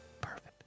perfect